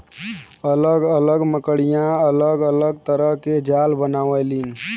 अलग अलग मकड़िया अलग अलग तरह के जाला बनावलीन